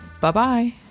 Bye-bye